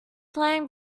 flying